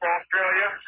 Australia